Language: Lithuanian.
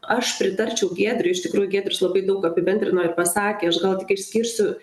aš pritarčiau giedriui iš tikrųjų giedrius labai daug apibendrino ir pasakė aš gal tik išskirsiu